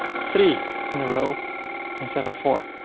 three in a row instead of four.